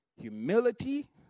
humility